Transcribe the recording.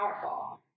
powerful